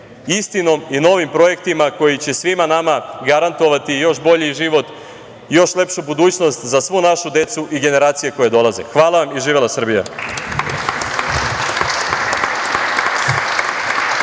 istinom i novim projektima, koji će svima nama garantovati još bolji život, još lepšu budućnost za svu našu decu i generacije koje dolaze. Hvala vam i živela Srbija.